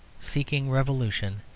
seeking revolution,